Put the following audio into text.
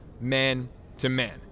man-to-man